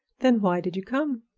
then why did you come?